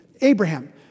Abraham